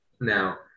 Now